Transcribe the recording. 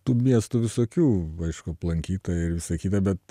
tų miestų visokių aišku aplankyta ir visa kita bet